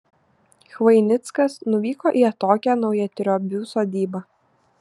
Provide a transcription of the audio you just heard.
chvainickas nuvyko į atokią naujatriobių sodybą